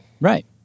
Right